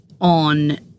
on